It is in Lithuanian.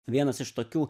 vienas iš tokių